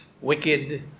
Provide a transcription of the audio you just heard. wicked